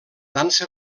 dansa